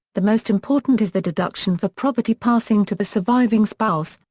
the most important is the deduction for property passing to the surviving spouse,